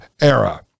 era